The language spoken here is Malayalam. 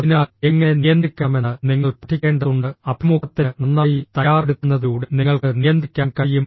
അതിനാൽ എങ്ങനെ നിയന്ത്രിക്കണമെന്ന് നിങ്ങൾ പഠിക്കേണ്ടതുണ്ട് അഭിമുഖത്തിന് നന്നായി തയ്യാറെടുക്കുന്നതിലൂടെ നിങ്ങൾക്ക് നിയന്ത്രിക്കാൻ കഴിയും